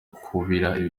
kubira